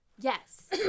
Yes